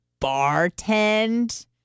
bartend